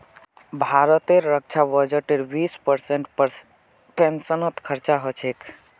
भारतेर रक्षा बजटेर बीस परसेंट पेंशनत खरचा ह छेक